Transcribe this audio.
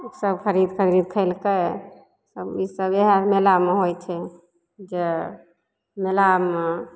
सब खरीद खरीद कऽ खैलकै सब ईसब इएह मेलामे होइ छै जे मेलामे